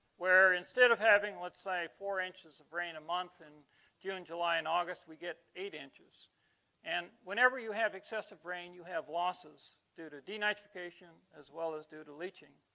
where instead of having say four inches of rain a month in june july in august we get eight inches and whenever you have excessive rain you have losses due to denitrification as well as due to leaching